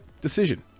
decision